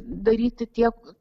daryti tiek